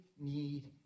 need